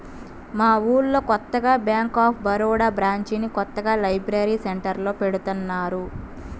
మా ఊళ్ళో కొత్తగా బ్యేంక్ ఆఫ్ బరోడా బ్రాంచిని కొత్తగా లైబ్రరీ సెంటర్లో పెడతన్నారు